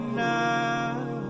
now